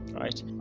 right